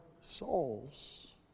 souls